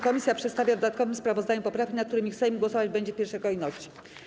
Komisja przedstawia w dodatkowym sprawozdaniu poprawki, nad którymi Sejm głosować będzie w pierwszej kolejności.